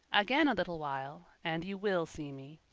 again a little while, and you will see me.